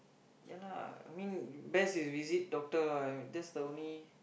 ya lah I mean best is visit doctor lah that's the only